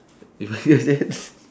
you remember that